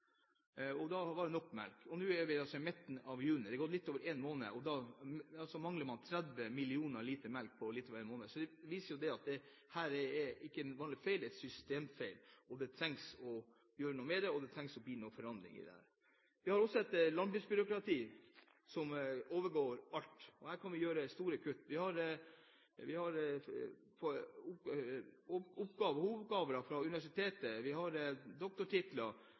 april, da var det nok melk. Nå er vi altså i midten av juni, det har gått litt over én måned, og nå mangler man 30 millioner liter melk. Det viser at dette ikke er en vanlig feil, det er en systemfeil. Det trengs å gjøres noe med det, det trengs en forandring i dette. Vi har også et landbruksbyråkrati som overgår alt. Her kan vi gjøre store kutt. Vi har hovedoppgaver fra universitetet